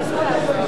בבקשה.